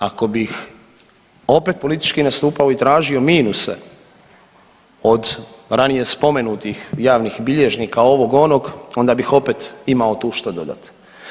Ako bih opet politički nastupao i tražio minuse od ranije spomenutih javnih bilježnika, ovog, onog onda bih opet imao tu što dodati.